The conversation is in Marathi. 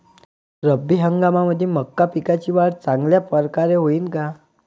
रब्बी हंगामामंदी मका पिकाची वाढ चांगल्या परकारे होईन का?